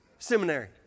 Seminary